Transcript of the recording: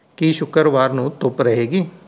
ਕੀ ਸ਼ੁੱਕਰਵਾਰ ਨੂੰ ਧੁੱਪ ਰਹੇਗੀ